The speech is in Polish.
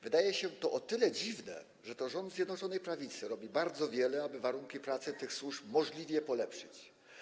Wydaje się to o tyle dziwne, że to rząd Zjednoczonej Prawicy robi bardzo wiele, aby warunki pracy tych służb możliwie polepszyć.